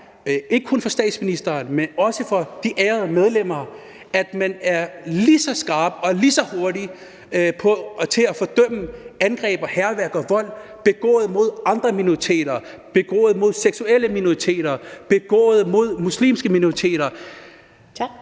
ikke kun fra statsministeren, men også fra de ærede medlemmer, at man er lige så skarp og lige så hurtig til at fordømme angreb og hærværk og vold begået mod andre minoriteter, begået mod seksuelle minoriteter, begået mod muslimske minoriteter. Kl.